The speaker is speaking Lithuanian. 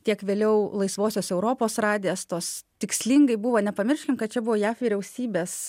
tiek vėliau laisvosios europos radijas tos tikslingai buvo nepamirškim kad čia buvo jav vyriausybės